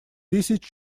тысяч